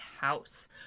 house